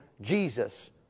Jesus